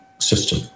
system